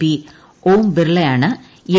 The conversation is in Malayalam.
പി ഓം ബിർള ആണ് എൻ